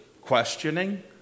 questioning